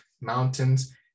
Mountains